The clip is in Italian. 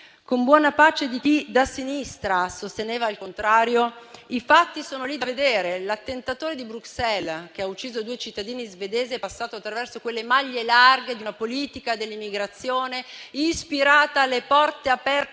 Con buona pace di chi, da sinistra, sosteneva il contrario, i fatti sono sotto gli occhi di tutti: l'attentatore di Bruxelles che ha ucciso due cittadini svedesi è passato attraverso quelle maglie larghe di una politica dell'immigrazione ispirata alle porte aperte